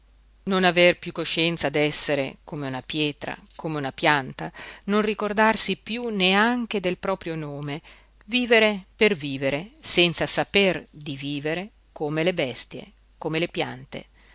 non aver piú coscienza d'essere come una pietra come una pianta non ricordarsi piú neanche del proprio nome vivere per vivere senza saper di vivere come le bestie come le piante